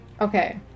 okay